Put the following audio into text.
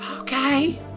Okay